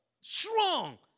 strong